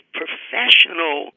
professional